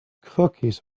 cookies